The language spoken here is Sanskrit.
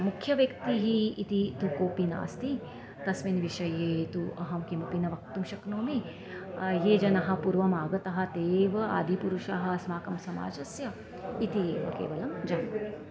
मुख्यः व्यक्तिः इति तु कोपि नास्ति तस्मिन् विषये तु अहं किमपि न वक्तुं शक्नोमि ये जनः पूर्वमागतः ते एव आदिपुरुषः अस्माकं समाजस्य इति एव केवलं जानामि